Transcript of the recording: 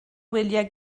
wyliau